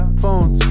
phones